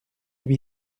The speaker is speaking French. lui